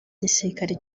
gisirikare